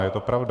Je to pravda.